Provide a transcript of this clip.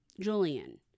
Julian